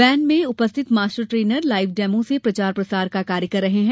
when में उपस्थित master trainer live demo से प्रचार प्रसार का कार्य कर रहे हैं